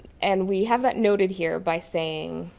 and we have it noted here by saying,